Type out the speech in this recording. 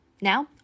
Now